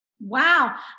Wow